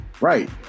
Right